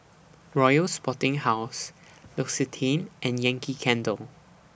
Royal Sporting House L'Occitane and Yankee Candle